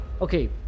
Okay